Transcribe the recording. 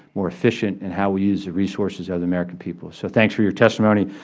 more efficient in how we use the resources of the american people. so thanks for your testimony.